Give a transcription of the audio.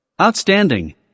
Outstanding